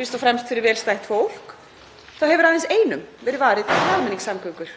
fyrst og fremst fyrir vel stætt fólk, þá hefur aðeins einum verið varið í almenningssamgöngur.